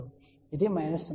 2 ఇది 0